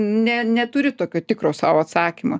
ne neturi tokio tikro sau atsakymo